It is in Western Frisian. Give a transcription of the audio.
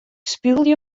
spylje